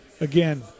again